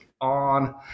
on